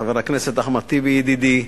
חבר הכנסת אחמד טיבי ידידי,